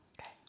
Okay